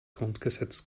grundgesetz